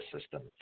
system